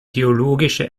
theologische